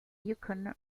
yukon